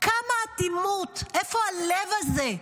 כמה אטימות, איפה הלב הזה?